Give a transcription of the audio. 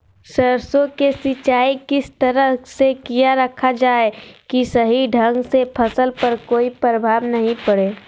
सरसों के सिंचाई किस तरह से किया रखा जाए कि सही ढंग से फसल पर कोई प्रभाव नहीं पड़े?